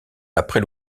après